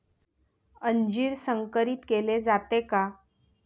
अंजीर संकरित केले जाते का?